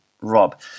rob